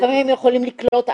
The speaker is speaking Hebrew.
לפעמים הם יכולים לקלוט,